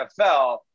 NFL